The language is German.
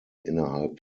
innerhalb